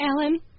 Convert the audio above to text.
Alan